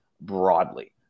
broadly